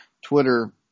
Twitter